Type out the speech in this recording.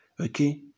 Okay